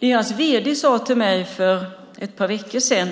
Deras vd sade till mig för ett par veckor sedan: